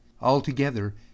Altogether